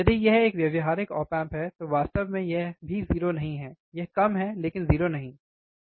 यदि यह एक व्यावहारिक ऑप एम्प है तो वास्तव में यह भी 0 नहीं हैयह कम है लेकिन 0 नहीं